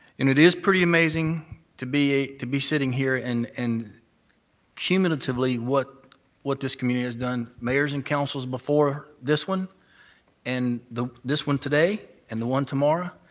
it is pretty amazing to be to be sitting here and and cumulatively what what this community has done, mayors and councils before this one and this one today and the one tomorrow,